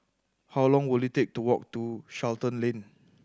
how long will it take to walk to Charlton Lane